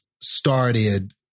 started